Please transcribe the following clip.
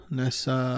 nessa